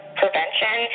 prevention